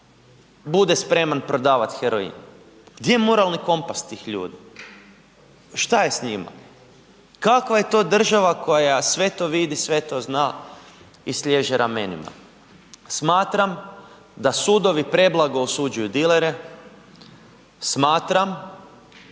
bude spreman prodavat heroin? Pa di je moralni kompas tih ljudi? Pa šta je s njima? Kakva je to država koja sve to vidi, sve to zna i sliježe ramenima? Smatram da sudovi preblago osuđuju dilere, smatram